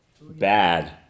Bad